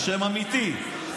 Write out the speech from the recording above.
שם אמיתי,